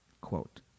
Quote